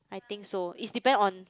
I think so is depend on